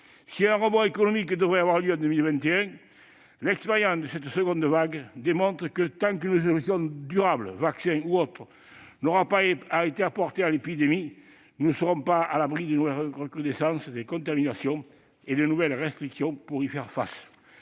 si un rebond économique devrait avoir lieu en 2021, l'expérience de cette deuxième vague démontre que, tant qu'une solution durable- vaccin ou autre -n'aura pas été trouvée contre l'épidémie, nous ne serons pas à l'abri de nouvelles recrudescences des contaminations et de nouvelles restrictions pour y faire face.